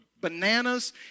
bananas